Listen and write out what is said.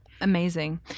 amazing